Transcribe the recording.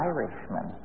Irishman